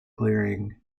clearing